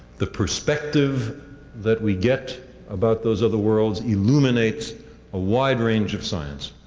the perspective that we get about those other worlds illuminates a wide range of science.